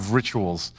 rituals